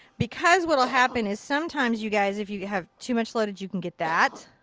because what'll happen is sometimes you guys, if you have too much loaded, you can get that.